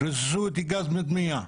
ריססו אותי בגז מדמיע,